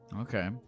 Okay